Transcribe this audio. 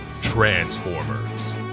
Transformers